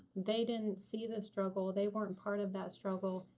they didn't see the struggle. they weren't part of that struggle.